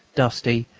dusty,